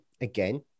again